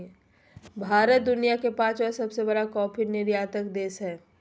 भारत दुनिया के पांचवां सबसे बड़ा कॉफ़ी के निर्यातक देश हइ